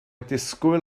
disgwyl